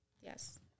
Yes